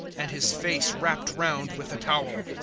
and his face wrapped round with a towel.